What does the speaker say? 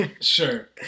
Sure